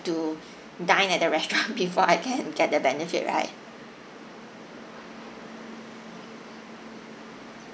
to dine at the restaurant before I can get the benefit right